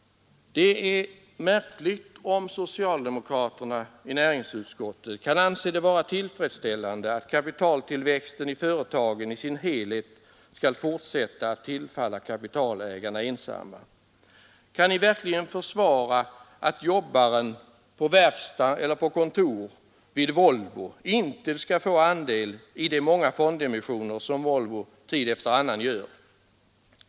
Det är märkligt om socialdemokraterna i näringsutskottet kan anse det vara tillfredsställande att kapitaltillväxten i sin helhet inom företagen skall fortsätta att tillfalla kapitalägarna ensamma. Kan ni verkligen försvara att jobbaren på verkstaden eller på kontoret vid Volvo inte skall få andel i de många fondemissioner som Volvo tid efter annan gör?